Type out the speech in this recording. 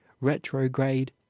retrograde